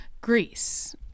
Greece